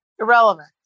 irrelevant